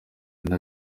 nta